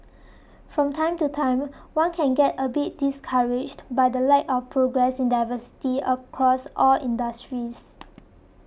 from time to time one can get a bit discouraged by the lack of progress in diversity across all industries